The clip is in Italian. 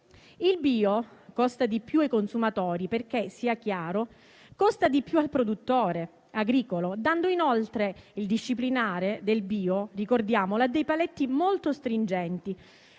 Il bio costa di più ai consumatori perché - sia chiaro - costa di più al produttore agricolo, inoltre il disciplinare del bio - ricordiamolo - ha dei paletti molto stringenti